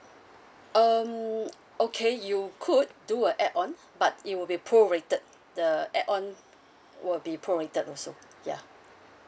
um okay you could do a add on but it will be prorated the add on will be prorated also ya